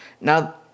Now